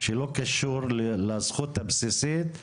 שלא קשור לזכות הבסיסית להצבעה.